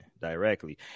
directly